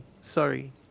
sorry